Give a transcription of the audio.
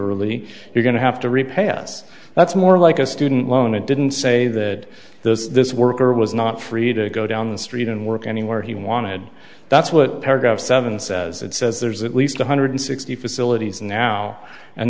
early you're going to have to repay us that's more like a student loan it didn't say that there's this worker was not free to go down the street and work anywhere he wanted that's what paragraph seven says it says there's at least one hundred sixty facilities now and